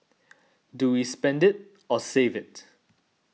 do we spend it or save it